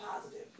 positive